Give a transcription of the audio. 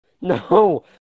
No